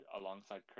alongside